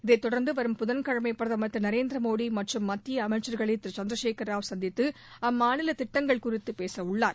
இதை தொடர்ந்து வரும் புதன்கிழனம பிரதமர் திரு நரேந்திரமோடி மற்றும் மத்திய அமைச்சர்களை திரு சந்திரசேகரராவ் சந்தித்து அம்மாநில திட்டங்கள் குறித்து பேசவுள்ளார்